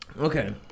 okay